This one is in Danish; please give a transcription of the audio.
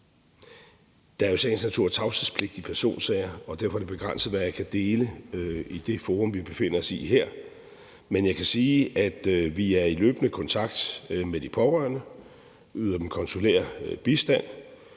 Der er jo i sagens natur tavshedspligt i personsager, og derfor er det begrænset, hvad jeg kan dele i det forum, vi befinder os i her, men jeg kan sige, at vi er i løbende kontakt med de pårørende og yder dem konsulær bistand.